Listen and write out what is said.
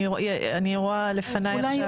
אני רואה לפניי עכשיו,